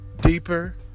deeper